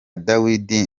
dawidi